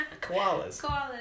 Koalas